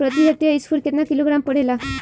प्रति हेक्टेयर स्फूर केतना किलोग्राम परेला?